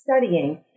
studying